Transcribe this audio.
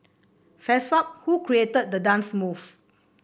fess up who created the dance move